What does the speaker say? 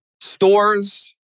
stores